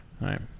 right